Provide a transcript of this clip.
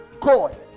god